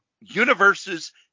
universes